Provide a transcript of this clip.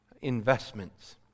investments